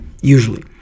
usually